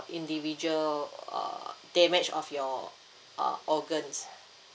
individual uh damage of your uh organs